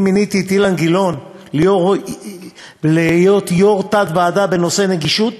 אני מיניתי את אילן גילאון להיות יושב-ראש תת-ועדה בנושא נגישות,